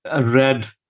read